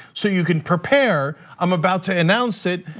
so you can prepare, i'm about to announce it.